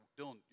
Dylan